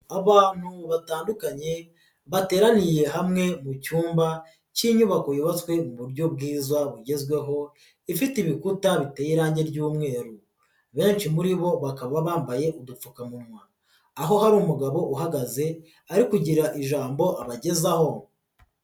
Abantu batandukanye bateraniye hamwe mu cyumba cy'inyubako yubatswe mu buryo bwiza bugezweho ifite ibikuta biteye irange ry'umweru, benshi muri bo bakaba bambaye udupfukamunwa, aho hari umugabo uhagaze ari kugira ijambo abagezaho.